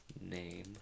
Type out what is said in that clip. name